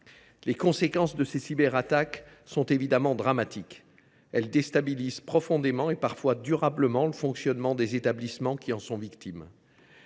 Les conséquences de ces cyberattaques sont évidemment dramatiques. Elles déstabilisent profondément et parfois durablement le fonctionnement des établissements qui en sont victimes.